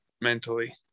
mentally